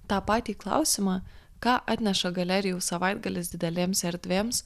tą patį klausimą ką atneša galerijų savaitgalis didelėms erdvėms